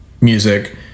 music